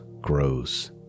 grows